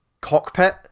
cockpit